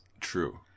True